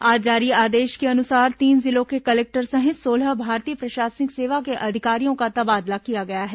आज जारी आदेश के अनुसार तीन जिलों के कलेक्टर सहित सोलह भारतीय प्रशासनिक सेवा के अधिकारियों का तबादला किया गया है